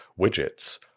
widgets